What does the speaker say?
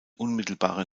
unmittelbarer